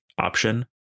option